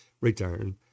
return